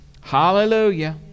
Hallelujah